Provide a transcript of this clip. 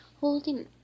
Holding